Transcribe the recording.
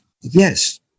Yes